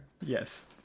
yes